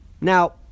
Now